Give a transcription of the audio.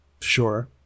Sure